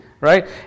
right